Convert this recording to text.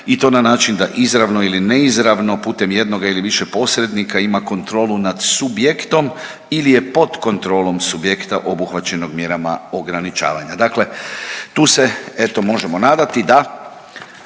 i to na način da izravno ili neizravno putem jednoga ili više posrednika ima kontrolu nad subjektom ili je pod kontrolom subjekta obuhvaćenog mjerama ograničavanja. Dakle, tu se eto možemo nadati da